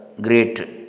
great